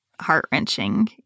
heart-wrenching